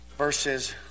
verses